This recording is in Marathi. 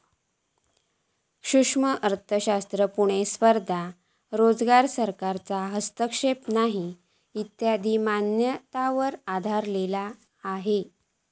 सूक्ष्म अर्थशास्त्र पुर्ण स्पर्धा आणो रोजगार, सरकारचो हस्तक्षेप नाही इत्यादी मान्यतांवर आधरलेलो हा